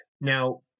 Now